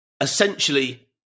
essentially